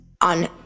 on